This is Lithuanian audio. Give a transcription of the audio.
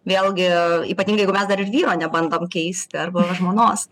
vėlgi ypatingai jeigu mes dar ir vyro nebandom keisti arba žmonos